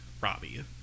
Robbie